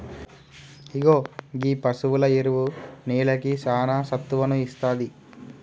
ఇగో గీ పసువుల ఎరువు నేలకి సానా సత్తువను ఇస్తాది